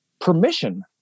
permission